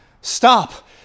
stop